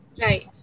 Right